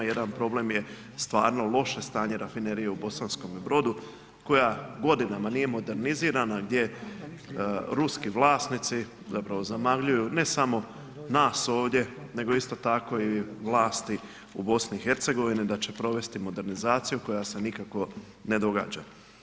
Jedan problem je stvarno loše stanje rafinerije u Bosanskome Brodu koja godinama nije modernizirana gdje ruski vlasnici, zapravo zamagljuju ne samo nas ovdje nego isto tako i vlasti u BiH-a da će provesti modernizaciju koja se nikako ne događa.